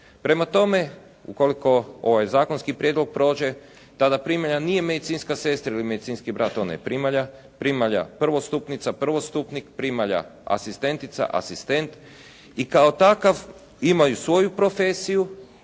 Prema tome, ukoliko ovaj zakonski prijedlog prođe tada primalja nije medicinska sestra ili medicinski brat, ona je primalja. Primalja prvostupnica, prvostupnik, primalja asistentica, asistent i kao takav imaju svoju profesiju,